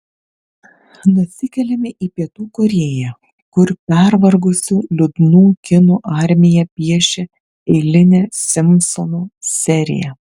nusikeliame į pietų korėją kur pervargusių liūdnų kinų armija piešia eilinę simpsonų seriją